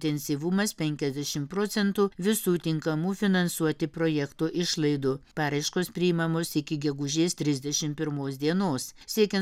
intensyvumas penkiasdešim procentų visų tinkamų finansuoti projekto išlaidų paraiškos priimamos iki gegužės trisdešim pirmos dienos siekiant